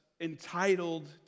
entitled